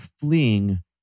fleeing